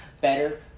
better